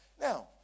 Now